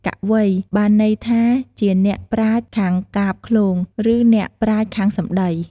កវី បានន័យថាជាអ្នកប្រាជ្ញខាងកាព្យឃ្លោង ឬ អ្នកប្រាជ្ញខាងសំដី។